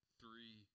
three